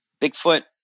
bigfoot